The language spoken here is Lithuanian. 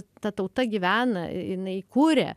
ta tauta gyvena jinai kuria